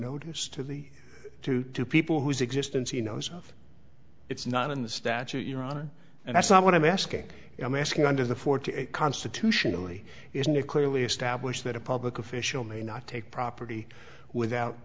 notice to the two two people whose existence he knows of it's not in the statute your honor and that's not what i'm asking i'm asking under the forty eight constitutionally isn't it clearly established that a public official may not take property without